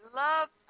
love